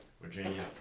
Virginia